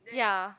ya